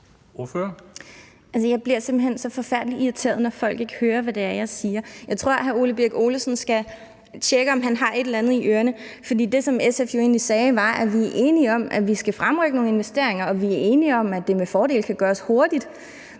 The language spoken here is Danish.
forfærdelig irriteret, når folk ikke hører, hvad det er, jeg siger. Jeg tror, at hr. Ole Birk Olesen skal tjekke, om han har et eller andet i ørerne. For det, som SF jo egentlig sagde, var, at vi er enige om, at vi skal fremrykke nogle investeringer, og vi er enige om, at det med fordel kan gøres hurtigt,